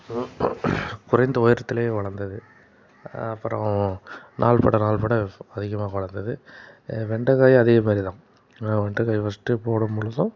குறைந்த உயரத்தில் வளர்ந்தது அப்புறோம் நாள் பட நாள் பட அதிகமாக வளர்ந்தது வெண்டக்காயும் அதே மாதிரி தான் நான் வெண்டக்காயை ஃபர்ஸ்ட்டு போடும்பொழுதும்